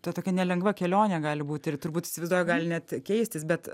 ta tokia nelengva kelionė gali būti ir turbūt įsivaizduoju gali net keistis bet